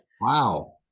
Wow